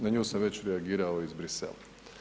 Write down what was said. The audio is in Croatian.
Na nju sam već reagirao iz Bruxellesa.